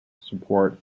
support